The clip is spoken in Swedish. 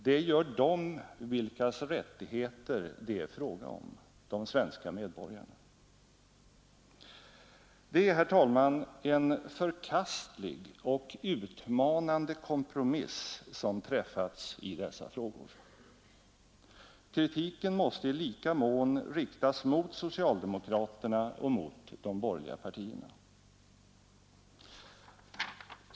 Det gör de vilkas rättigheter det är fråga om. Det är en förkastlig och utmanande kompromiss som träffats i dessa frågor. Kritiken måste i lika mån riktas mot socialdemokraterna och mot de borgerliga partierna.